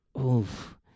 Oof